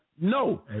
No